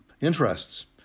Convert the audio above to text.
interests